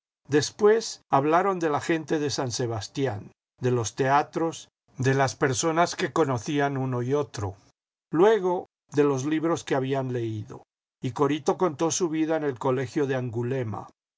después hablaron de la gente de san sebastián de los teatros de las personas que conocían uno y otro luego de los libros que habían leído y corito contó su vida en el colegio de angulema